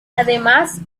además